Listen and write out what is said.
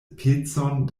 pecon